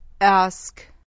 Ask